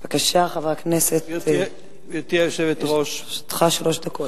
בבקשה, חבר הכנסת, לרשותך שלוש דקות.